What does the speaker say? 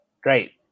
Great